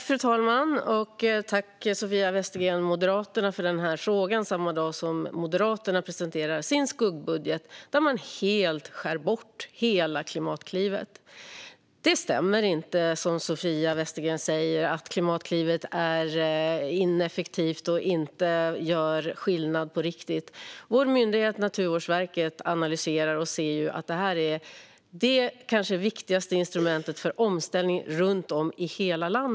Fru talman! Tack, Sofia Westergren från Moderaterna, för den här frågan! Den kommer samma dag som Moderaterna presenterar sin skuggbudget, där man helt skär bort Klimatklivet. Det stämmer inte, som Sofia Westergren säger, att Klimatklivet är ineffektivt och inte gör skillnad på riktigt. Vår myndighet Naturvårdsverket analyserar detta och ser att det är det kanske viktigaste instrumentet för omställning runt om i hela landet.